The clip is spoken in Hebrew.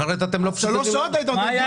אחרת אתם לא מפסיקים --- שלוש שעות --- אני